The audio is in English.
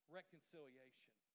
reconciliation